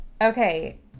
Okay